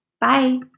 Bye